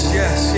yes